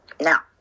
Now